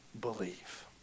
believe